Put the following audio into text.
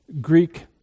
Greek